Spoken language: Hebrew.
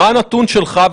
מה הנתון שלך?